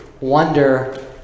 wonder